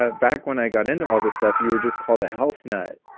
ah back when i got into all this stuff you were just called a health nuts.